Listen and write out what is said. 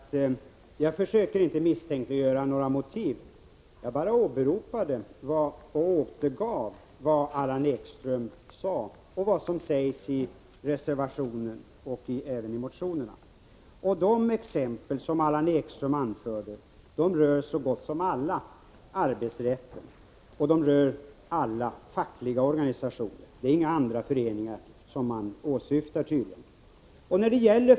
Fru talman! Jag vill börja med att säga till Allan Ekström: Jag försöker inte misstänkliggöra några motiv. Jag bara åberopade och återgav vad Allan Ekström sade och vad som anförs i reservationen och i motionerna. Så gott som alla exempel som Allan Ekström anförde rör arbetsrätt, och alla rör fackliga organisationer. Det är tydligen inga andra föreningar som åsyftas.